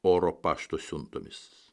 oro pašto siuntomis